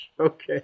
Okay